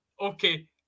Okay